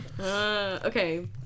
Okay